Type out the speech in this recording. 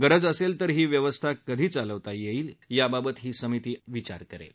गरज असेल तर ही व्यवस्था कशी चालवता येईल याबाबतही ही समिती विचार करेल